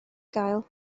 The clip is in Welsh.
gael